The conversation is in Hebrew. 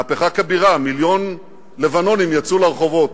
מהפכה כבירה, מיליון לבנונים יצאו לרחובות,